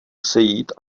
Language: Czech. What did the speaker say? sejít